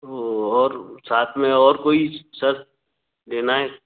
ताे और साथ में और कोई सर लेना है